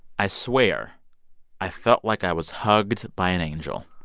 i swear i felt like i was hugged by an angel.